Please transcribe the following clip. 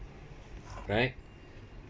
right